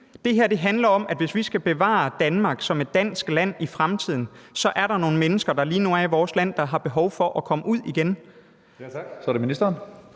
Det her handler om, at hvis vi skal bevare Danmark som et dansk land i fremtiden, er der nogle mennesker, der lige nu er i vores land, der er behov for kommer ud igen.